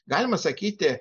galima sakyti